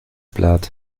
platt